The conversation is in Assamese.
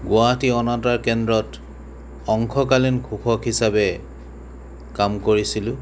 গুৱাহাটী অনাতাঁৰ কেন্দ্ৰত অংশকালীন ঘোষক হিচাপে কাম কৰিছিলোঁ